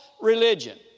religion